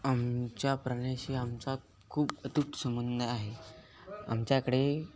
आमच्या प्राण्याशी आमचा खूप अतूट संंबंध आहे आमच्याकडे